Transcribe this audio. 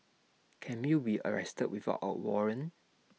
can you be arrested without A warrant